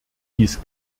dies